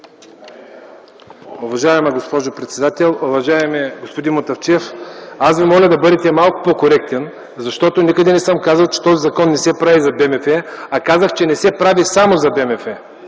Уважаема госпожо председател! Уважаеми господин Мутафчиев, моля да бъдете малко по-коректен, защото никъде не съм казал, че този закон не се прави за БМФ. Казах, че не се прави само за БМФ.